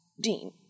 Dean